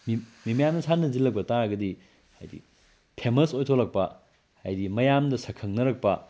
ꯃꯤ ꯃꯌꯥꯝꯅ ꯁꯥꯟꯅꯖꯁꯜꯂꯛꯄ ꯇꯥꯔꯒꯗꯤ ꯍꯥꯏꯕꯗꯤ ꯐꯦꯃꯁ ꯑꯣꯏꯊꯣꯛꯂꯛꯄ ꯍꯥꯏꯚꯗꯤ ꯃꯌꯥꯝꯅ ꯁꯛꯈꯛꯅꯔꯛꯄ